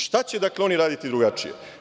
Šta će oni raditi drugačije?